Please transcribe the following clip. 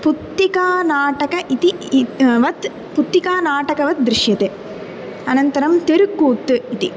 पुत्तिका नाटकम् इति वत् पुत्तिका नाटकवत् दृश्यते अनन्तरं तेरुक्कूत् इति